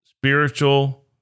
spiritual